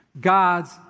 God's